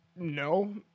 No